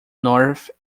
north